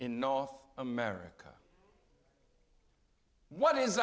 in north america what is